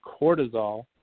cortisol